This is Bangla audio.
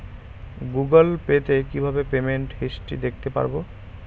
গুগোল পে তে কিভাবে পেমেন্ট হিস্টরি দেখতে পারবো?